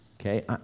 Okay